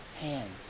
hands